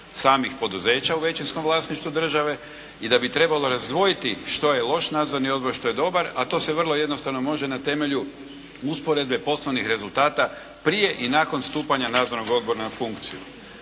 samih poduzeća u većinskom vlasništvu države i da bi trebalo razdvojiti što je loš nadzorni odbor ili dobar a to se vrlo jednostavno može na temelju usporedbe poslovnih rezultata prije i nakon stupanja nadzornog odbora na funkciju.